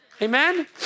Amen